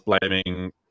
blaming